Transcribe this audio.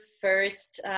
first